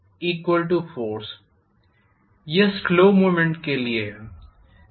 यह slow movement के लिए है